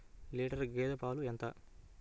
Litre గేదె పాలు ఎంత?